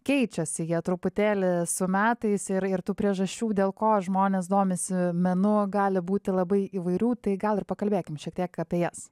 keičiasi jie truputėlį su metais ir ir tų priežasčių dėl ko žmonės domisi menu gali būti labai įvairių tai gal ir pakalbėkim šiek tiek apie jas